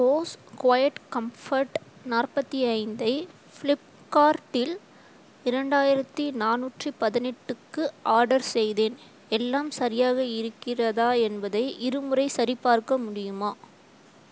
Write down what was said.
Bose quiet comfort நாற்பத்தி ஐந்தை ஃப்ளிப்கார்ட்டில் இரண்டாயிரத்தி நானூற்றி பதினெட்டுக்கு ஆர்டர் செய்தேன் எல்லாம் சரியாக இருக்கிறதா என்பதை இருமுறை சரிபார்க்க முடியுமா